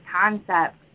concept